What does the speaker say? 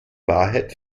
wahrheit